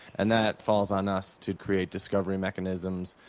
and that falls on us to create discovery mechanisms,